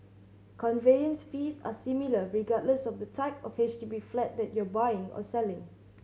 conveyance fees are similar regardless of the type of H D B flat that you are buying or selling